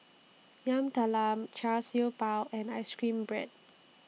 Yam Talam Char Siew Bao and Ice Cream Bread